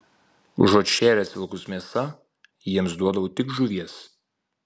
užuot šėręs vilkus mėsa jiems duodavau tik žuvies